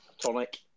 tonic